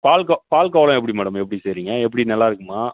பால்கோ பால்கோவாலாம் எப்படி மேடம் எப்படி செய்கிறீங்க எப்படி நல்லாயிருக்குமா